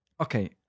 Okay